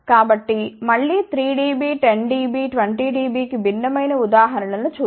కాబట్టి మళ్ళీ 3 dB 10 dB 20 dB కి భిన్నమైన ఉదాహరణ లను చూద్దాం